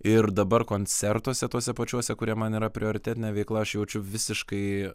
ir dabar koncertuose tuose pačiuose kurie man yra prioritetinė veikla aš jaučiu visiškai